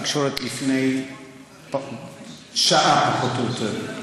יצאה הודעה לתקשורת לפני שעה, פחות או יותר,